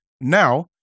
Now